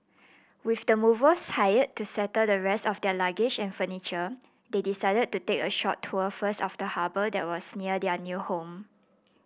with the movers hired to settle the rest of their luggage and furniture they decided to take a short tour first of the harbour that was near their new home